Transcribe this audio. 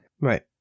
Right